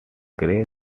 greg